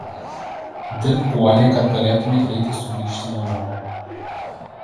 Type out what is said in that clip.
dirbk uoliai kad galėtumei greitai sugrįžti namo